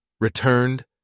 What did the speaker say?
Returned